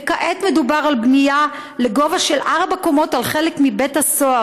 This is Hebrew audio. וכעת מדובר על בנייה לגובה של ארבע קומות על חלק מבית-הסוהר,